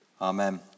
Amen